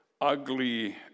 ugly